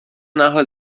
náhle